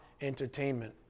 entertainment